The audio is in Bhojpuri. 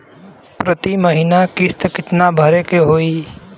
प्रति महीना किस्त कितना भरे के होई?